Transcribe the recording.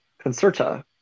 Concerta